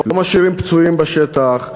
לא משאירים פצועים בשטח.